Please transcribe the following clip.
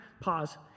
pause